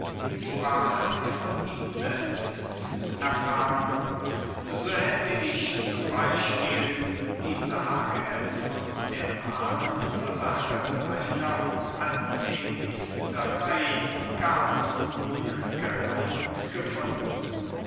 die wahrheit von ihm selbst zu erfahren so hätte ich z b die sage von der wahren ursache seiner atheisterey gar zu ungereimt gefunden